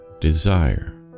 Desire